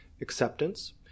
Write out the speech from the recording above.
acceptance